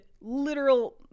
literal